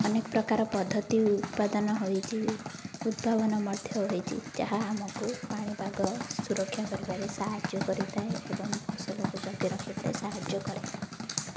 ଅନେକ ପ୍ରକାର ପଦ୍ଧତି ଉତ୍ପାଦନ ହୋଇଛି ଉଦ୍ଭାବନ ମଧ୍ୟ ହୋଇଛି ଯାହା ଆମକୁ ପାଣିପାଗ ସୁରକ୍ଷା କରିବାରେ ସାହାଯ୍ୟ କରିଥାଏ ଏବଂ ଫସଲକୁ ଜଗି ରଖିବାରେ ସାହାଯ୍ୟ କରେ